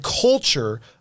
culture